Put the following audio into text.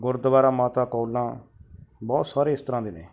ਗੁਰਦੁਆਰਾ ਮਾਤਾ ਕੌਲਾਂ ਬਹੁਤ ਸਾਰੇ ਇਸ ਤਰ੍ਹਾਂ ਦੇ ਨੇ